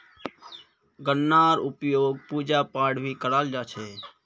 गन्नार उपयोग पूजा पाठत भी कराल जा छे